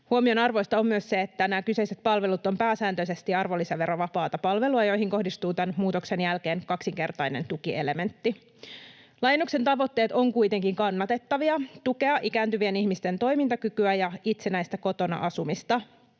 Huomionarvoista on myös se, että nämä kyseiset palvelut ovat pääsääntöisesti arvonlisäverovapaata palvelua, joihin kohdistuu tämän muutoksen jälkeen kaksinkertainen tukielementti. Laajennuksen tavoitteet ovat kuitenkin kannatettavia: tukea ikääntyvien ihmisten toimintakykyä ja itsenäistä kotona asumista.